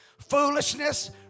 Foolishness